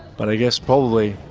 but i guess probably,